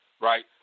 right